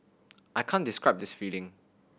I can't describe this feeling